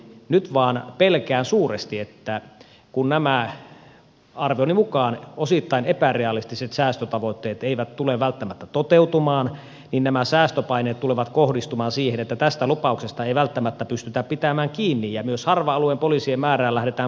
nyt vain pelkään suuresti että kun nämä arvioni mukaan osittain epärealistiset säästötavoitteet eivät tule välttämättä toteutumaan niin nämä säästöpaineet tulevat kohdistumaan siihen että tästä lupauksesta ei välttämättä pystytä pitämään kiinni ja myös harva alueen poliisien määrään lähdetään puuttumaan